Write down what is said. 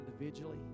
individually